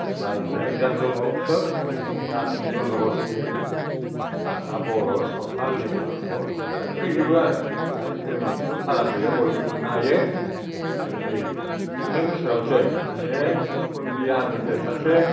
बाहाय अनेक जाथ सोब जाथि जन'गस्ति हारसा बर' सावथाल नेपाल बयबो फैजोबो आरो बाहाय धोरोमनि खुनु फाराग गैया बयबो थांनो हायो आरो नै थांनाय बोसोरावसो माने एकदम खुन बिहारनिफ्राय सासे